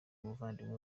umuvandimwe